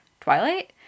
Twilight